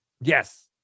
Yes